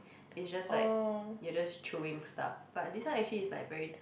it's just like you're just chewing stuff but this one actually is like very